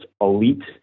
elite